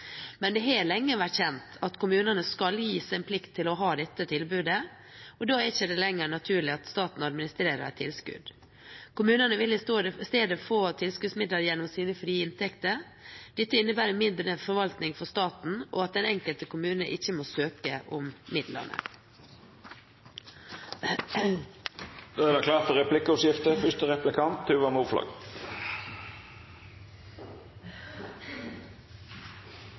Men det har lenge vært kjent at kommunene skal gis en plikt til å ha dette tilbudet, og da er det ikke lenger naturlig at staten administrerer et tilskudd. Kommunene vil i stedet få tilskuddsmidlene gjennom sine frie inntekter. Dette innebærer mindre forvaltning for staten og at den enkelte kommune ikke må søke om midlene.